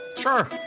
Sure